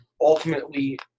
ultimately